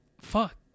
fuck